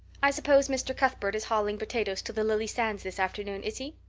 i suppose mr. cuthbert is hauling potatoes to the lily sands this afternoon, is he?